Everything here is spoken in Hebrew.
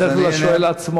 בדרך כלל זה לשואל עצמו.